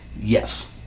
yes